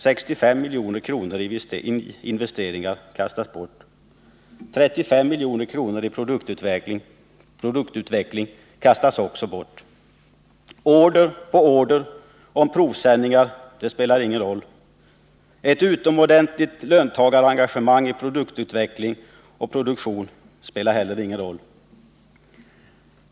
65 milj.kr. i investeringar kastas bort. 35 milj.kr. i produktutveckling kastas också bort. Order på order om provsändningar — det spelar ingen roll. Ett utomordentligt löntagarengagemang i produktutveckling och produktion spelar heller ingen roll.